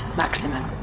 maximum